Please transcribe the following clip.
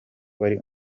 wari